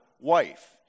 wife